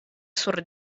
sur